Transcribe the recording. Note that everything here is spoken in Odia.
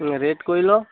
ହଁ ରେଟ୍ କହିଲ